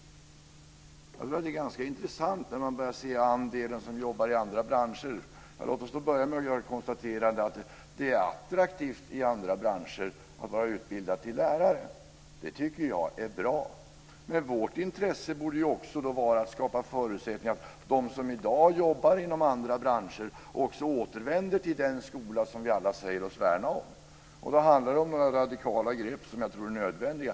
Det är ganska intressant när man ser hur många som jobbar i andra branscher. Låt mig då börja med att konstatera att det är attraktivt i andra branscher att vara utbildad lärare. Det tycker jag är bra. Men vårt intresse borde ju då också vara att skapa förutsättningar för dem som i dag jobbar inom andra branscher att återvända till den skola som vi alla säger oss värna. Då handlar det om några radikala grepp som jag tror är nödvändiga.